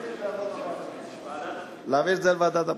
גם של השר וגם של חברי הכנסת,